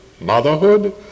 motherhood